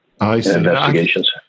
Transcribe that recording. Investigations